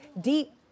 deep